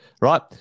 Right